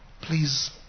Please